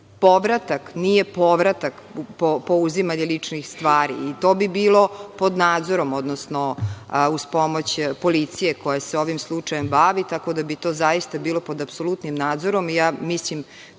povratak nije povratak, po uzimanju ličnih stvari i to bi bilo pod nadzorom, odnosno uz pomoć policije koja se ovim slučajem bavi, tako da bi to zaista bilo pod apsolutnim nadzorom i ja mislim,